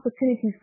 opportunities